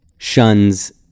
shuns